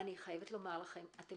אני חייבת לומר אתם